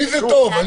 לי זה טוב.